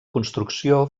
construcció